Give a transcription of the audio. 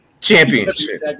championship